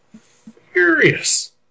furious